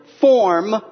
form